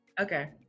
Okay